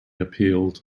appealed